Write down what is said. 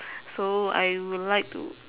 so I will like to